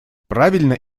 правильно